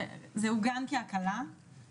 זה עוגן כהקלה,